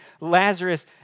Lazarus